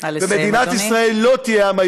נא לסיים,